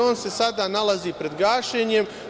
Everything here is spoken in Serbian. On se sada nalazi pred gašenjem.